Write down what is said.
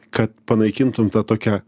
kad panaikintum tą tokią